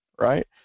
right